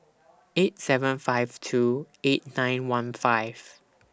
eight seven five two eight nine one five